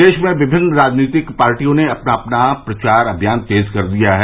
प्रदेश में विभिन्न राजनैतिक पार्टियों ने अपना अपना प्रचार अभियान तेज़ कर दिया है